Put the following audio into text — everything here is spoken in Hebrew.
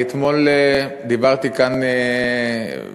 אני אתמול דיברתי כאן במליאה